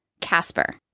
Casper